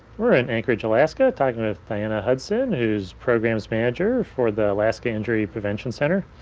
we're in anchorage, alaska, talking with diana hudson, who is programs manager for the alaska injury prevention center.